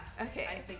Okay